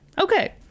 okay